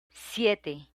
siete